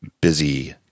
busy